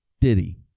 Diddy